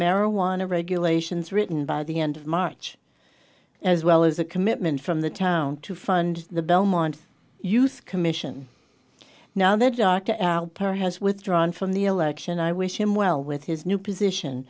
marijuana regulations written by the end of march as well as a commitment from the town to fund the belmont youth commission now that dr perry has withdrawn from the election i wish him well with his new position